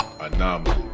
Anomaly